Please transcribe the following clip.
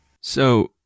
So-